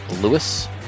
Lewis